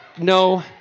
no